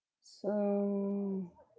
so